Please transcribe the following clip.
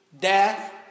Death